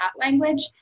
language